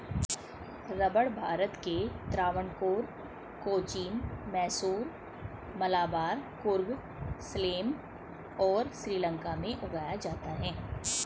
रबड़ भारत के त्रावणकोर, कोचीन, मैसूर, मलाबार, कुर्ग, सलेम और श्रीलंका में उगाया जाता है